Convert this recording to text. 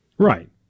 Right